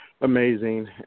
amazing